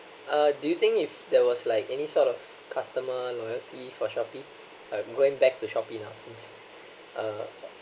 uh do you think if there was like any sort of customer loyalty for Shopee I'm going back to Shopee now since uh